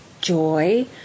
joy